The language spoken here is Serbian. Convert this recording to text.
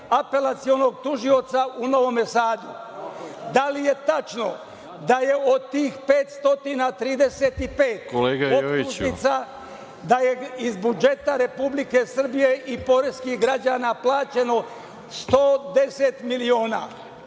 apelacionog tužioca u Novom Sadu? Da li je tačno da je od tih 535 optužnica, da je iz budžeta Republike Srbije i poreskih građana plaćeno 110 miliona?